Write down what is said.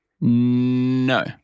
No